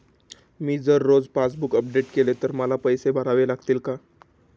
मी जर रोज passbook update केले तर मला पैसे भरावे लागतील का?